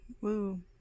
Woo